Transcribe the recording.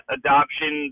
adoption